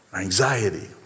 anxiety